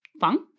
funk